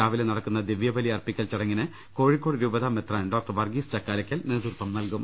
രാവിലെ നടക്കുന്ന ദിവ്യബലി അർപ്പിക്കൽ ചടങ്ങിന് കോഴിക്കോട് രൂപതാ മെത്രാൻ ഡോക്ടർ വർഗ്ഗീസ് ചക്കാലക്കൽ നേതൃത്വം നൽകും